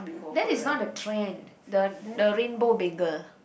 that is not a trend the the rainbow bagel